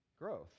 growth